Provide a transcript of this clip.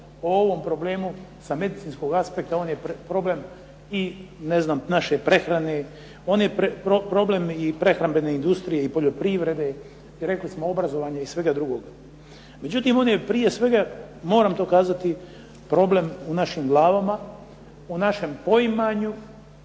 o ovom problemu sa medicinskog aspekta, on je problem i ne znam naše prehrane, on je problem i prehrambene industrije i poljoprivrede i rekli smo obrazovanje i svega drugog. Međutim on je prije svega, moram to kazati, problem u našim glavama, u našem poimanju